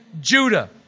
Judah